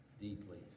Deeply